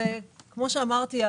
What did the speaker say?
כמו שאמרתי,